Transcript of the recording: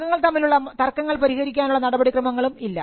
അംഗങ്ങൾ തമ്മിലുള്ള തർക്കങ്ങൾ പരിഹരിക്കാനുള്ള നടപടിക്രമങ്ങളും ഇല്ല